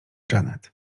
janet